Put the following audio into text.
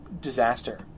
disaster